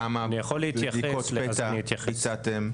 כמה בדיקות פתע ביצעתם?